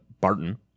Barton